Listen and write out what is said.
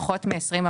פחות מעשרים.